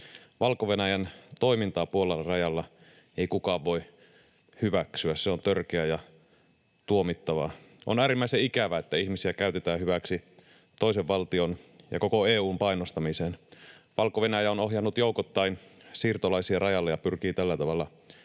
Valko-Venäjän toimintaa Puolan rajalla ei kukaan voi hyväksyä, se on törkeää ja tuomittavaa. On äärimmäisen ikävää, että ihmisiä käytetään hyväksi, toisen valtion ja koko EU:n painostamiseen. Valko-Venäjä on ohjannut joukoittain siirtolaisia rajalle ja pyrkii tällä tavalla